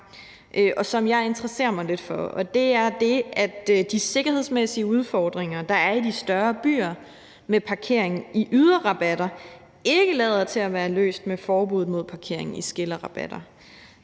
og som jeg interesserer mig lidt for. Det er det, at de sikkerhedsmæssige udfordringer, der er i de større byer med parkering i yderrabatter, ikke lader til at være løst med forbuddet mod parkering i skillerabatter.